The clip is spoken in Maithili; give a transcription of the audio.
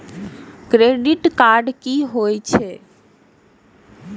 क्रेडिट कार्ड की होय छै?